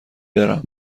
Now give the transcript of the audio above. برم